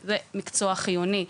זה מקצוע חיוני.